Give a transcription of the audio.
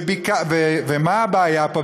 ומה הבעיה פה?